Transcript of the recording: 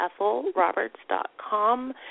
ethelroberts.com